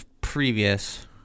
previous